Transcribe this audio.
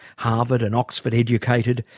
harvard and oxford educated,